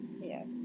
Yes